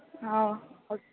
okay